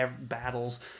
battles